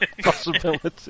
possibility